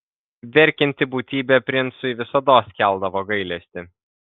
verkianti būtybė princui visados keldavo gailestį